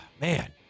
man